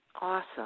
awesome